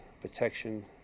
protection